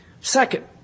Second